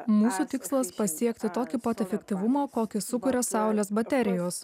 mūsų tikslas pasiekti tokį pat efektyvumą kokį sukuria saulės baterijos